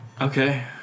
Okay